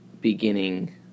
beginning